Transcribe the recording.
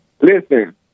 Listen